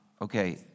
okay